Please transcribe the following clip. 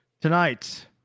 tonight